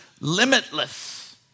limitless